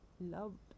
loved